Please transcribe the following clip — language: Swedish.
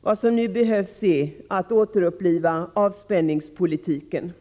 Vad som nu behövs är ett återupplivande av avspänningspolitiken.